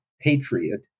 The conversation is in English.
patriot